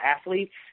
athletes